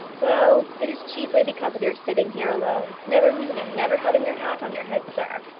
well, it is chiefly because of your sitting here alone never moving, never having your hat on your head, sir.